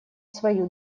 свою